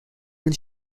been